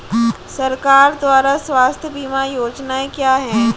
सरकार द्वारा स्वास्थ्य बीमा योजनाएं क्या हैं?